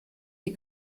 die